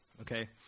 Okay